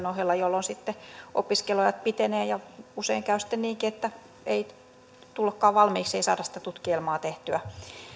ohella jolloin sitten opiskeluajat pitenevät ja usein käy sitten niinkin että ei tullakaan valmiiksi ei saada sitä tutkielmaa tehtyä